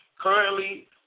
Currently